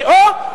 או,